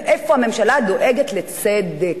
איפה הממשלה דואגת לצדק?